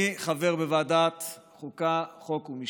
אני חבר בוועדת החוקה, חוק ומשפט.